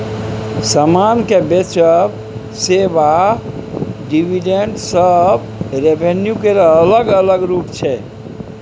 समान केँ बेचब, सेबा, डिविडेंड सब रेवेन्यू केर अलग अलग रुप छै